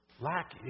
Lack